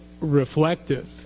reflective